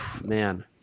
Man